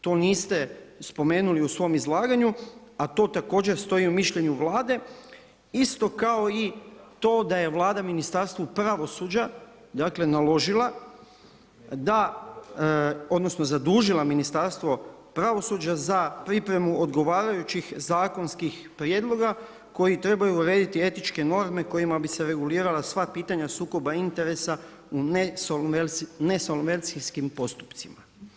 To niste spomenuli u svom izlaganju, a to također stoji u mišljenju Vlade isto kao i to da je Vlada Ministarstvu pravosuđa dakle, naložila da odnosno zadužila Ministarstvo pravosuđa za pripremu odgovarajućih zakonskih prijedloga koji trebaju urediti etičke norme kojima bi se regulirala sva pitanja sukoba interesa u nesolvencijskim postupcima.